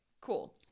cool